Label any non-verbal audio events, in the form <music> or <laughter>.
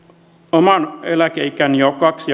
oman eläkeikäni jo kaksi <unintelligible>